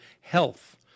health